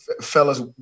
fellas